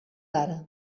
ara